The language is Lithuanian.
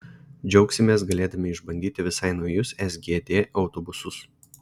džiaugsimės galėdami išbandyti visai naujus sgd autobusus